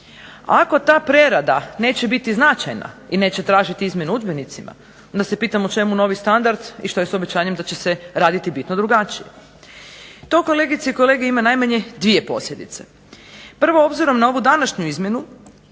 Ako ta prerada neće biti značajna i neće tražiti izmjene udžbenicima onda se pitamo čemu novi standard i što je s obećanjem da će se raditi bitno drugačije? To kolegice i kolege ima najmanje dvije posljedice. Prvo, obzirom na ovu današnju izmjenu